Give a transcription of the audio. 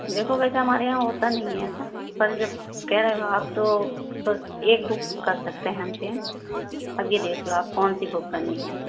دیکھو ویسے ہمارے یہاں ہوتا نہیں ہے ایسا پر جب کہہ رہے ہو آپ تو بس ایک بک کر سکتے ہیں ہم چینج اب یہ دیکھ لو آپ کون سی بک کرنی ہے